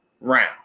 round